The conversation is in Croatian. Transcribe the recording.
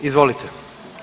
Izvolite.